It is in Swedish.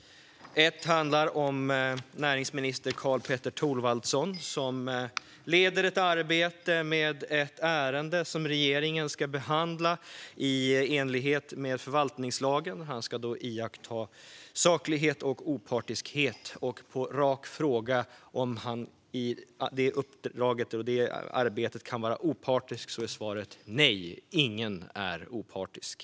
Ett handlar om näringsminister Karl-Petter Thorwaldsson, som leder ett arbete med ett ärende som regeringen ska behandla i enlighet med förvaltningslagen och då ska iaktta saklighet och opartiskhet. På en rak fråga om han i detta arbete kan vara opartisk svarar han: Nej, ingen är opartisk.